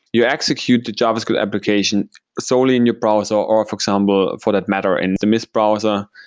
you execute the javascript application solely in your browser or, for example, for that matter, in the mist browser.